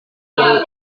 sendiri